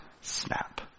snap